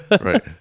Right